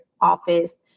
office